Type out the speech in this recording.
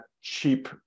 cheap